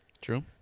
True